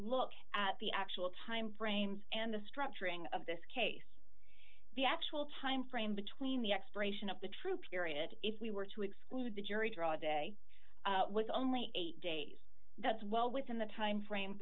look at the actual time frames and the structuring of this case the actual timeframe between the expiration of the true period if we were to exclude the jury draw a day with only eight days that's well within the time frame